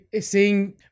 seeing